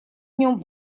нем